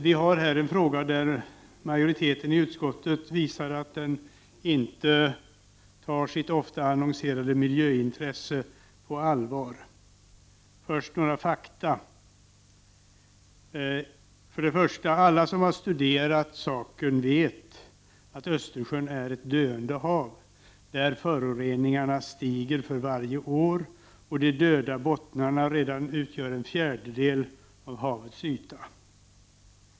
Vi har här en fråga där majoriteten i utskottet visar att man inte tar sitt ofta annonserade miljöintresse på allvar. Först vill jag ge några fakta. För det första: Alla som studerat saken vet att Östersjön är ett döende hav där föroreningarna stiger för varje år och de döda bottnarna redan utgör en fjärdedel av havets yta.